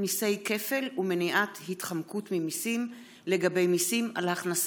מיסי כפל ומניעת התחמקות ממיסים לגבי מיסים על הכנסה.